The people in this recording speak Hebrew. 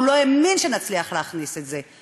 הוא לא האמין שנצליח להכניס את זה.